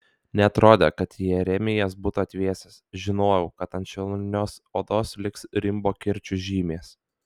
neatrodė kad jeremijas būtų atvėsęs žinojau kad ant švelnios odos liks rimbo kirčių žymės